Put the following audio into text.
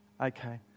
Okay